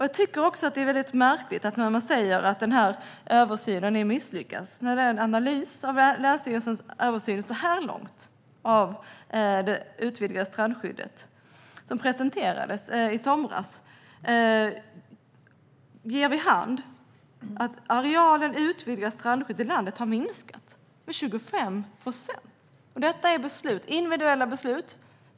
Jag tycker också att det är märkligt att man säger att den här översynen är misslyckad, när en analys av länsstyrelsens översyn av det utvidgade strandskyddet så här långt, vilken presenterades i somras, ger vid handen att arealen utvidgat strandskydd i landet har minskat med 25 procent. Detta är individuella beslut.